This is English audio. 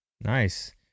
Nice